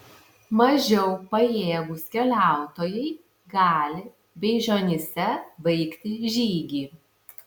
mažiau pajėgūs keliautojai gali beižionyse baigti žygį